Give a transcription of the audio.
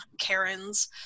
karens